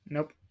Nope